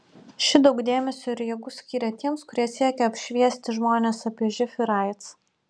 ši daug dėmesio ir jėgų skyrė tiems kurie siekia apšviesti žmones apie živ ir aids